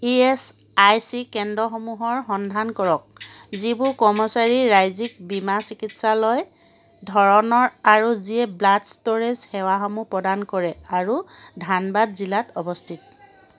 E S I C কেন্দ্ৰসমূহৰ সন্ধান কৰক যিবোৰ কৰ্মচাৰীৰ ৰাজ্যিক বীমা চিকিৎসালয় ধৰণৰ আৰু যিয়ে ব্লাড ষ্টোৰেজ সেৱাসমূহ প্ৰদান কৰে আৰু ধানবাদ জিলাত অৱস্থিত